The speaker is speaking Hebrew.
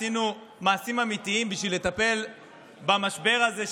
עשינו מעשים אמיתיים בשביל לטפל במשבר הזה,